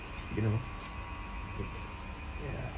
you know it's ya